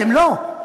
אתם לא.